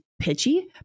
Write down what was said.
pitchy